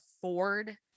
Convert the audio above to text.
afford